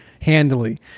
Handily